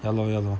ya loh ya loh